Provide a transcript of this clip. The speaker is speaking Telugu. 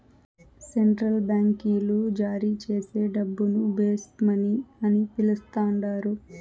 సెంట్రల్ బాంకీలు జారీచేసే డబ్బును బేస్ మనీ అని పిలస్తండారు